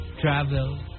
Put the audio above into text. travel